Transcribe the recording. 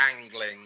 angling